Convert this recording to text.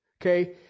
Okay